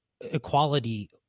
equality